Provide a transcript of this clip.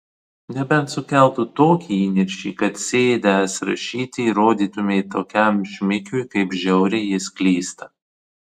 nebent sukeltų tokį įniršį kad sėdęs rašyti įrodytumei tokiam šmikiui kaip žiauriai jis klysta